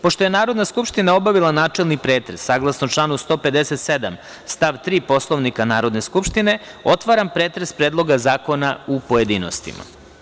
Pošto je Narodna skupština obavila načelni pretres, saglasno članu 157. stav 3. Poslovnika Narodne skupštine, otvaram pretres Predloga zakona u pojedinostima.